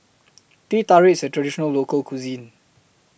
Teh Tarik IS A Traditional Local Cuisine